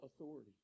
authority